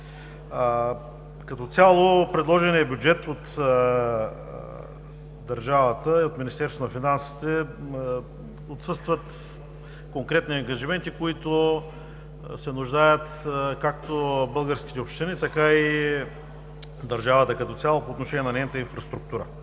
Като цяло в предложения бюджет на държавата от Министерството на финансите отсъстват конкретни ангажименти, от които се нуждаят както българските общини, така и държавата като цяло по отношение на нейната инфраструктура.